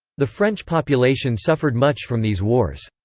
the french population suffered much from these wars.